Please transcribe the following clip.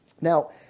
Now